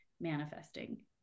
manifesting